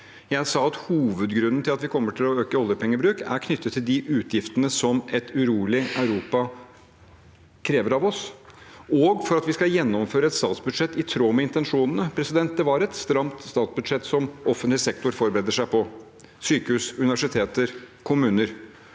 Jeg sa at hovedgrunnen til at vi kommer til å øke oljepengebruken er knyttet til de utgiftene som et urolig Europa krever av oss, og for at vi skal gjennomføre et statsbudsjett i tråd med intensjonene. Det var et stramt statsbudsjett, som offentlig sektor forbereder seg på – sykehus, universiteter, kommuner